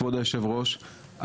כבוד היושב ראש,